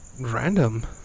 random